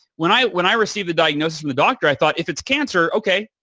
when i when i received the diagnosis from the doctor, i thought, if it's cancer, okay,